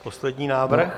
Poslední návrh.